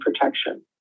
protection